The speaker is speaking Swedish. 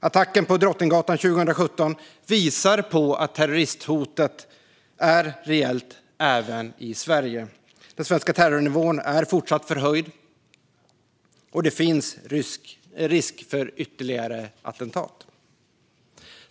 Attacken på Drottninggatan 2017 visar att terrorhotet är reellt även i Sverige. Den svenska terrorhotnivån är fortsatt förhöjd, och det finns risk för ytterligare attentat.